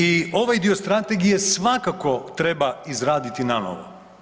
I ovaj dio strategije svakako treba izraditi nanovo.